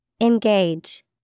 Engage